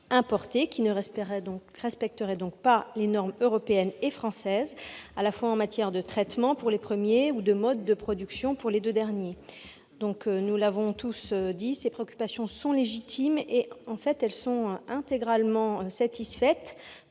qui ne respectent pas les normes européennes et françaises, en matière de traitement, pour les premiers amendements, ou de mode de production, pour les deux derniers. Nous l'avons dit, ces préoccupations sont légitimes, mais elles sont intégralement satisfaites